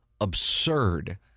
absurd